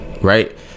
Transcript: right